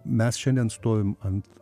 mes šiandien stovim ant